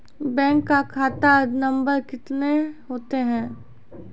Bank का खाता number कितने होते हैं?